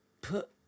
put